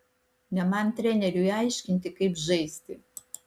ne man treneriui aiškinti kaip žaisti